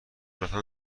رفتم